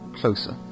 closer